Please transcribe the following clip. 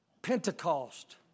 Pentecost